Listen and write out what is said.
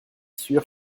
sûr